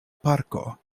parko